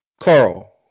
carl